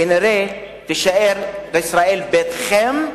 כנראה תישאר בישראל ביתכם,